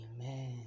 amen